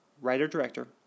writer-director